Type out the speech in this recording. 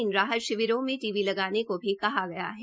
इन राहत शिवरों में टीवी लगाने को भी कहा गया है